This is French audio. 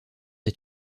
est